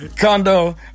Condo